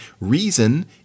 reason